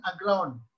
aground